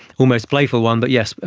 almost playful one. but yes,